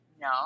No